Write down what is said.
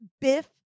Biff